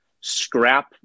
scrap